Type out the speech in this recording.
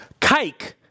Kike